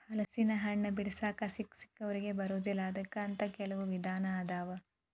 ಹಲಸಿನಹಣ್ಣ ಬಿಡಿಸಾಕ ಸಿಕ್ಕಸಿಕ್ಕವರಿಗೆ ಬರುದಿಲ್ಲಾ ಅದಕ್ಕ ಅಂತ ಕೆಲ್ವ ವಿಧಾನ ಅದಾವ